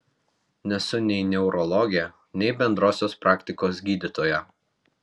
nesu nei neurologė nei bendrosios praktikos gydytoja